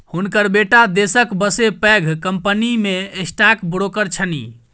हुनकर बेटा देशक बसे पैघ कंपनीमे स्टॉक ब्रोकर छनि